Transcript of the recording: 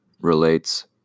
relates